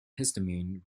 histamine